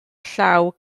llaw